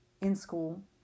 in-school